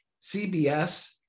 CBS